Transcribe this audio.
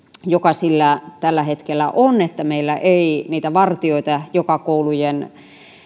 joka sillä tällä hetkellä on että meillä ei niitä vartijoita joka koulujen